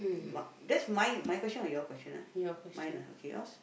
but that's mine my question or your question ah mine ah okay yours what